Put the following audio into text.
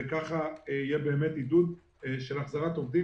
וככה יהיה עידוד של החזרת עובדים.